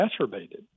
exacerbated